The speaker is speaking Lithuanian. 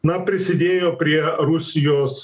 na prisidėjo prie rusijos